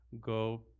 go